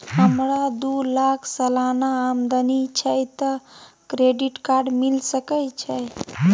हमरा दू लाख सालाना आमदनी छै त क्रेडिट कार्ड मिल सके छै?